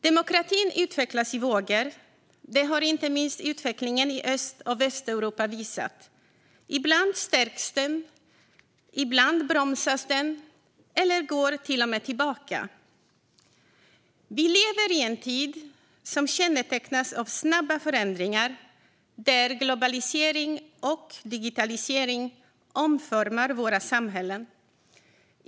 Demokratin utvecklas i vågor; det har inte minst utvecklingen i Öst och Västeuropa visat. Ibland stärks den, och ibland bromsas den eller går till och med tillbaka. Vi lever i en tid som kännetecknas av snabba förändringar, där globalisering och digitalisering omformar våra samhällen.